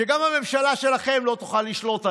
שגם הממשלה שלכם לא תוכל לשלוט עליה,